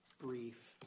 brief